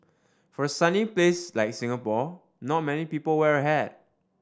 for a sunny place like Singapore not many people wear a hat